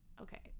okay